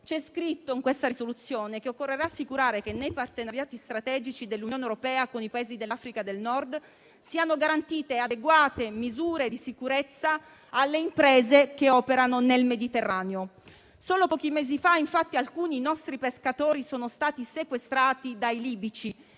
c'è scritto che occorre assicurare che nei partenariati strategici dell'Unione europea con i Paesi dell'Africa del Nord siano garantite adeguate misure di sicurezza alle imprese che operano nel Mediterraneo. Solo pochi mesi fa, infatti, alcuni nostri pescatori sono stati sequestrati dai libici